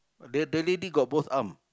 the the lady got both arm